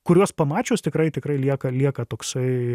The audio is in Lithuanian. kuriuos pamačius tikrai tikrai lieka lieka toksai